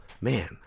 Man